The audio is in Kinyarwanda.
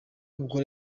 ubwo